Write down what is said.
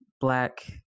Black